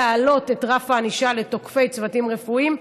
להעלות את רף הענישה לתוקפי צוותים רפואיים,